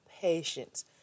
patience